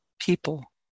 people